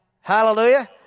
Hallelujah